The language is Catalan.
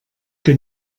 que